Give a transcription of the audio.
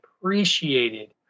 appreciated